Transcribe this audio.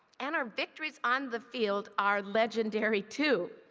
and our victories on the field are legendary, too.